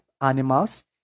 animals